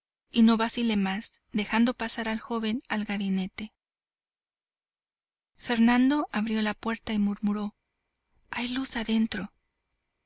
y no vacilé más dejando pasar al joven al gabinete fernando abrió la puerta y murmuró hay luz dentro